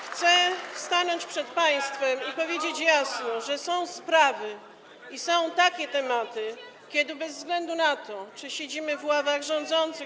Chcę stanąć przed państwem i powiedzieć jasno, że są sprawy i są takie tematy, kiedy bez względu na to, czy siedzimy w ławach rządowych.